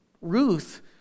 Ruth